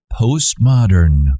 postmodern